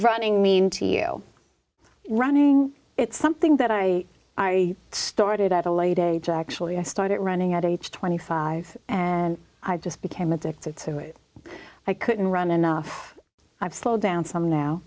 running mean to you running it's something that i i started at a late age actually i started running at age twenty five and i just became addicted to it i couldn't run enough i've slowed down some now